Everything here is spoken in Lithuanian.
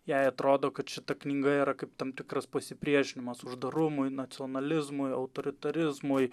jai atrodo kad šita knyga yra kaip tam tikras pasipriešinimas uždarumui nacionalizmui autoritarizmui